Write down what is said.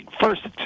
first